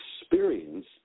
experience